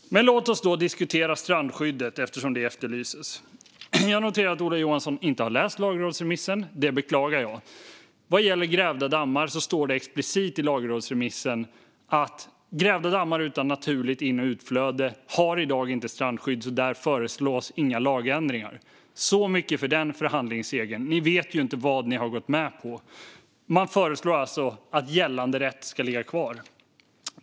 Låt oss dock diskutera strandskyddet, eftersom det efterlystes! Jag noterar att Ola Johansson inte har läst lagrådsremissen, och det beklagar jag. Vad gäller grävda dammar står det explicit i lagrådsremissen att grävda dammar utan naturligt in och utflöde i dag inte har strandskydd, så där föreslås inga lagändringar. Så mycket för den förhandlingssegern - ni vet ju inte vad ni har gått med på, Ola Johansson. Man föreslår alltså att gällande rätt ska ligga kvar.